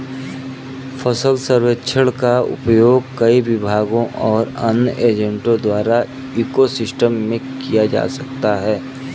फसल सर्वेक्षण का उपयोग कई विभागों और अन्य एजेंटों द्वारा इको सिस्टम में किया जा सकता है